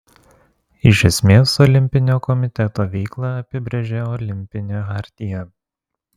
iš esmės olimpinio komiteto veiklą apibrėžia olimpinė chartija